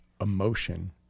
emotion